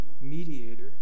mediator